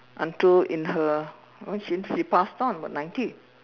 until in her when she she passed on about ninety